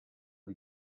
die